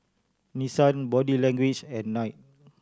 Nissan Body Language and Knight